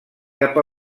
cap